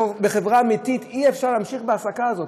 בחברה אמיתית, אי-אפשר להמשיך בהעסקה הזאת.